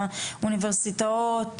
באוניברסיטאות,